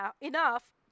enough